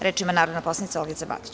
Reč ima narodna poslanica Olgica Batić.